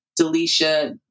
Delisha